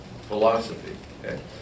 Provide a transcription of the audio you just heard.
philosophy